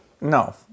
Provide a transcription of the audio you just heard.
No